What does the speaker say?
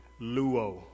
luo